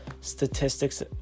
statistics